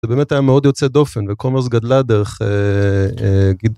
זה באמת היה מאוד יוצאת דופן, וקומברס גדלה דרך גידול.